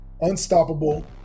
unstoppable